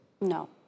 No